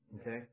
Okay